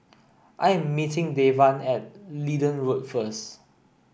I am meeting Devan at Leedon Road first